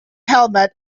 helmet